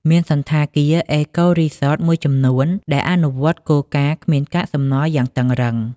មានសណ្ឋាគារ អេកូរីសតមួយចំនួនដែលអនុវត្តគោលការណ៍គ្មានកាកសំណល់យ៉ាងតឹងរ៉ឹង។